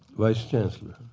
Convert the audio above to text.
vice chancellor.